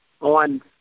On